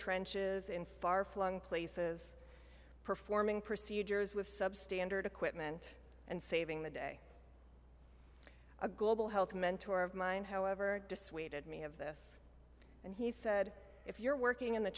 trenches in far flung places performing procedures with substandard equipment and saving the day a global health mentor of mine however dissuaded me of this and he said if you're working in the